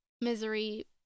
Misery